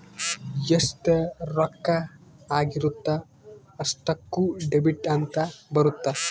ಎಷ್ಟ ರೊಕ್ಕ ಹೋಗಿರುತ್ತ ಅಷ್ಟೂಕ ಡೆಬಿಟ್ ಅಂತ ಬರುತ್ತ